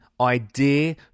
idea